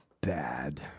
bad